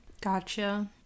Gotcha